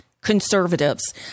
conservatives